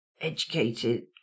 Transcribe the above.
educated